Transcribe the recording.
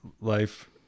life